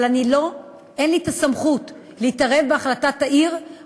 אבל אין לי הסמכות להתערב בהחלטת העירייה